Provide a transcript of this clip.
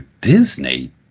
disney